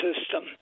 system